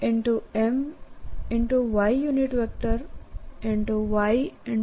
y y r3m